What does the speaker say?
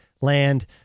land